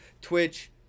Twitch